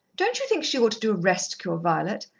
don't you think she ought to do a rest-cure, violet?